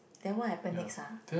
then what happen next uh